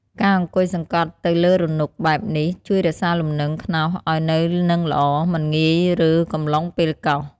ការអង្គុយសង្កត់ទៅលើរនុកបែបនេះ ជួយរក្សាលំនឹងខ្នោសឱ្យនៅនឹងល្អ មិនងាយរើកំឡុងពេលកោស។